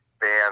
band